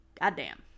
goddamn